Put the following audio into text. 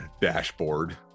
dashboard